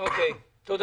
תודה.